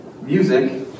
music